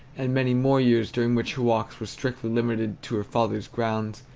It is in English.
and many more years during which her walks were strictly limited to her father's grounds,